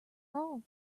roll